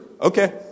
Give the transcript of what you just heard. Okay